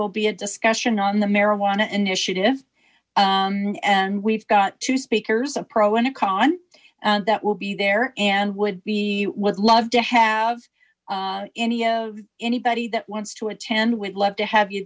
will be a discussion on the marijuana initiative and we've got two speakers a pro and con that will be there and would be would love to have any of anybody that wants to attend we'd love to have you